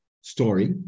story